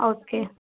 okay